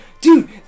Dude